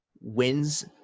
wins